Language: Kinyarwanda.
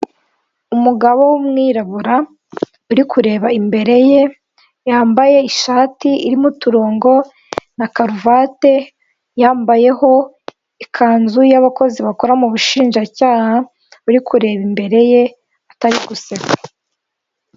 Umugabo w'umwirabura uri kureba imbere ye yambaye ishati irimo uturongo na karuvati, yambayeho ikanzu y'abakozi bakora mu bushinjacyaha uri kureba imbere ye atari guseka.